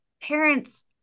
parents